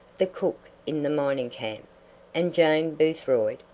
the cook in the mining-camp, and jane boothroyd,